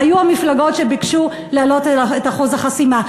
היו המפלגות שביקשו להעלות את אחוז החסימה.